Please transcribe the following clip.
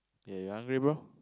ya you hungry bro